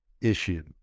issue